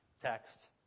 text